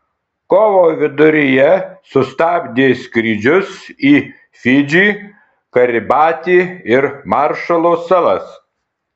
kovo viduryje sustabdė skrydžius į fidžį kiribatį ir maršalo salas